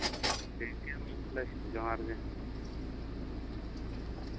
ᱴᱷᱤᱠᱜᱮᱭᱟ ᱛᱟᱞᱚᱦᱮ ᱢᱟ ᱵᱮᱥ ᱡᱚᱦᱟᱨ ᱜᱮ